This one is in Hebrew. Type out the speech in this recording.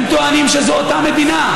הם טוענים שזו אותה מדינה.